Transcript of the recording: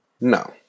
No